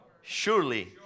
surely